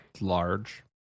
large